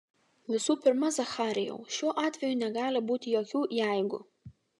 visų pirma zacharijau šiuo atveju negali būti jokių jeigu